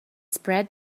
spread